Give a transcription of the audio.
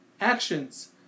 actions